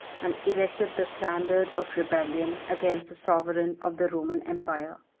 and erected the standard of rebellion against the sovereign of the roman empire.